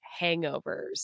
hangovers